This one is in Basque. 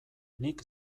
nik